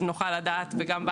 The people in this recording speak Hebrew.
וכך כולם,